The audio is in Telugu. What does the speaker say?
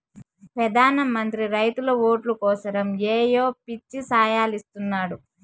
పెదాన మంత్రి రైతుల ఓట్లు కోసరమ్ ఏయో పిచ్చి సాయలిస్తున్నాడు